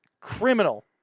criminal